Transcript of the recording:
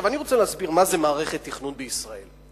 אני רוצה להסביר מה זה מערכת תכנון בישראל.